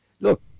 Look